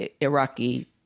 Iraqi